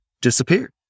Disappeared